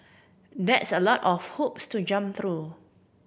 that's a lot of hoops to jump through